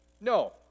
No